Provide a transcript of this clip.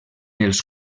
els